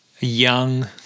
young